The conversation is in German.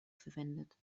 verwendet